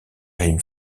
rimes